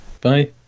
Bye